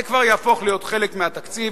זה כבר יהפוך להיות חלק מהתקציב,